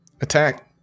attack